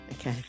Okay